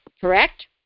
correct